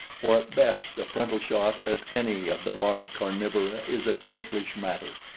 for at best a frontal shot at any of the large carnivora is a ticklish matter.